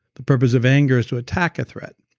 the purpose of anger is to attack a threat.